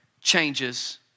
changes